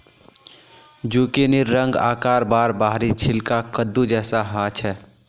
जुकिनीर रंग, आकार आर बाहरी छिलका कद्दू जैसा ह छे